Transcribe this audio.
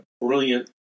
brilliant